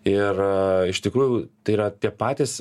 ir iš tikrųjų tai yra tie patys